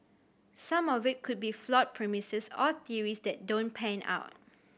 some of it could be flawed premises or theories that don't pan out